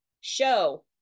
Show